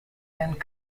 and